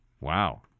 Wow